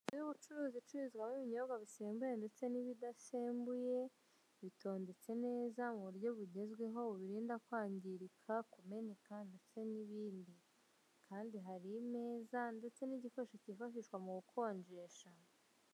Y'ubucuruzi icururizwamo ibinyobwa bisembuye ndetse n'ibidasembuye, bitondetse neza, mu buryo bugezweho, bubirinda kwangirika, kumeneka, ndetse n'ibindi. Kandi hari imeza ndetse n'igikoresho kifashishwa mu gukonjesha.